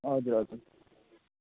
हजुर हजुर